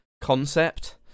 concept